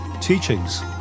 teachings